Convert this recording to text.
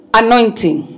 anointing